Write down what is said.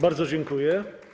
Bardzo dziękuję.